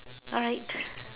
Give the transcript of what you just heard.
alright